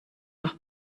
nach